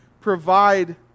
provide